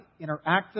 interactive